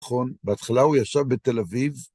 נכון, בהתחלה הוא ישב בתל אביב.